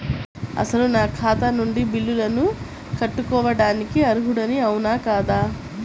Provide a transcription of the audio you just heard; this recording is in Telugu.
అసలు నా ఖాతా నుండి బిల్లులను కట్టుకోవటానికి అర్హుడని అవునా కాదా?